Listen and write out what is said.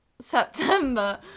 September